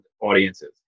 audiences